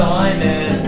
Simon